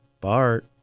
Bart